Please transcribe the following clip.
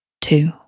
two